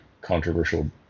controversial